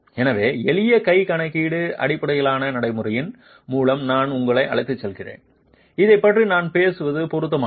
எனவே எளிய கை கணக்கீடு அடிப்படையிலான நடைமுறையின் மூலம் நான் உங்களை அழைத்துச் செல்வேன் இதைப் பற்றி நான் பேசுவது பொருத்தமானது